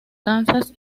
kansas